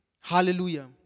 Hallelujah